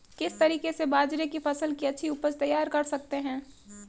किस तरीके से बाजरे की फसल की अच्छी उपज तैयार कर सकते हैं?